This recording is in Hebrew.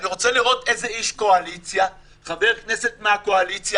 אני רוצה לראות איזה חבר כנסת בקואליציה